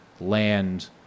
land